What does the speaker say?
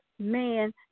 man